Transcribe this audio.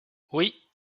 oui